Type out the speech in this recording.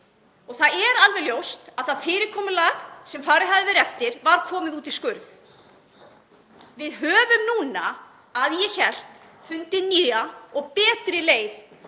og það er alveg ljóst að það fyrirkomulag sem farið hafði verið eftir var komið út í skurð. Við höfum núna, að ég hélt, fundið nýja og betri leið